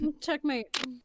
Checkmate